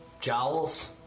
jowls